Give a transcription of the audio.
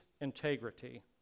integrity